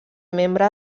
membre